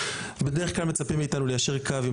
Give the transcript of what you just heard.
בדרך כלל מצפים מאיתנו ליישר קו עם